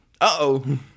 Uh-oh